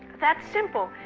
that's simple!